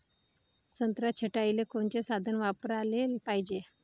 संत्रा छटाईले कोनचे साधन वापराले पाहिजे?